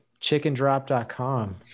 chickendrop.com